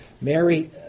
Mary